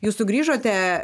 jūs sugrįžote